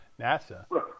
NASA